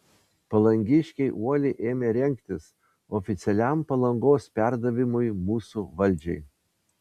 palangiškiai uoliai ėmė rengtis oficialiam palangos perdavimui mūsų valdžiai